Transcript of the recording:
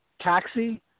Taxi